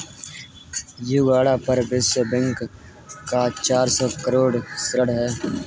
Uganda पर विश्व bank का चार सौ करोड़ ऋण है